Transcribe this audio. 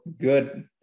good